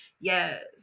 Yes